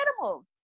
animals